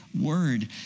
word